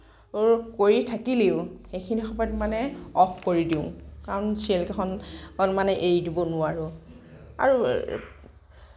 কৰি থাকিলেও সেইখিনি সময়ত মানে অফ কৰি দিওঁ কাৰণ চিৰিয়েলকেইখন মানে এৰি দিব নোৱাৰোঁ আৰু